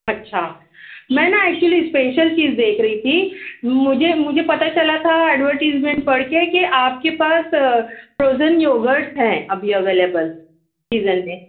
اچھا میں نا ایکچولی اسپیشل چیز دیکھ رہی تھی مجھے مجھے پتہ چلا تھا ایڈورٹیزمنٹ پڑھ کے کہ آپ کے پاس پروجن یوگرڈس ہیں ابھی اویلیبل سیزن میں